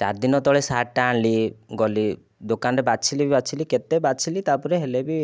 ଚାରିଦିନ ତଳେ ସାର୍ଟଟା ଆଣିଲି ଗଲି ଦୋକାନରେ ବାଛିଲି ବାଛିଲି କେତେ ବାଛିଲି ତାପରେ ହେଲେ ବି